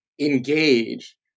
engage